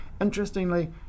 interestingly